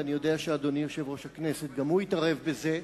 ואני יודע שאדוני יושב-ראש הכנסת גם הוא התערב בזה,